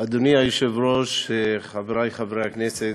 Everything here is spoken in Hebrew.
אדוני היושב-ראש, חברי חברי הכנסת,